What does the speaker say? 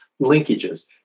linkages